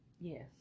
Yes